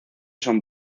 son